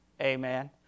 Amen